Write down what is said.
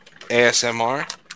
ASMR